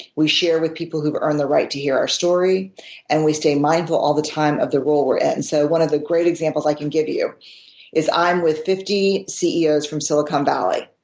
we share with people who've earned the right to hear our story and we stay mindful all the time of the role we're in. and so one of the great examples i can give you is i'm with fifty ceos from silicon valley